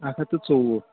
اَکھ ہَتھ تہٕ ژوٚوُہ